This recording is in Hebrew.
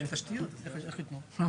אין תשתיות, איך יתנו?